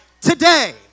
today